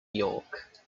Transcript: york